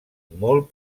molt